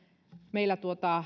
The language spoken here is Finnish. meillä